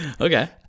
Okay